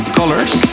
colors